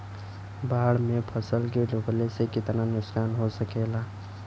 बाढ़ मे फसल के डुबले से कितना नुकसान हो सकेला?